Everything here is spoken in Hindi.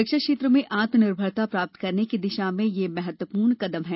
रक्षा क्षेत्र में आत्म निर्भरता प्राप्त करने की दिशा में यह महत्वपूर्ण कदम है